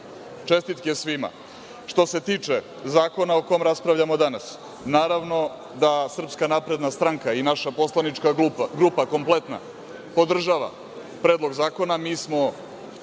Čestitke svima. Što se tiče zakona o kom raspravljamo danas, naravno da SNS i naša poslanička grupa kompletna podržava Predlog zakona. Mi svojim